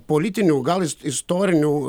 politinių gal istorinių